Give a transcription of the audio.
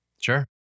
Sure